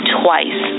twice